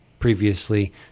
Previously